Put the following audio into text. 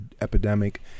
epidemic